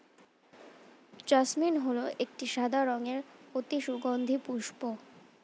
jasmine হল একটি সাদা রঙের অতি সুগন্ধি পুষ্প